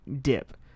dip